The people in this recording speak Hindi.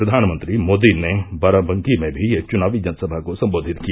प्रधानमंत्री मोदी ने बाराबंकी में भी एक चुनावी जनसभा को सम्बोधित किया